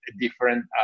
different